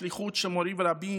השליחות של מורי ורבי,